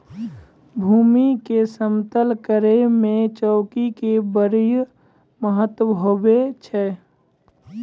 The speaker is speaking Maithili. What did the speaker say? भूमी के समतल करै मे चौकी के बड्डी महत्व हुवै छै